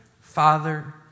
Father